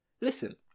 Listen